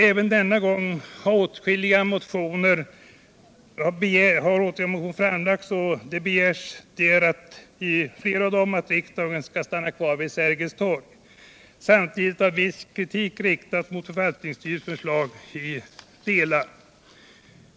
Även denna gång har åtskilliga motioner väckts, och i flera av dem begärs att riksdagen skall stanna kvar vid Sergels torg. Samtidigt har kritik riktats mot förvaltningsstyrelsens förslag i vissa hänseenden.